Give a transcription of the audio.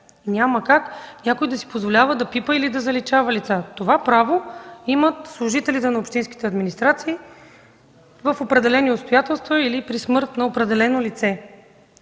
Няма как някой да си позволява да пипа или да заличава лица. Това право имат служителите на общинските администрации при определени обстоятелства или при смърт на определено лице.